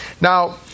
Now